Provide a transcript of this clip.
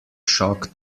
shock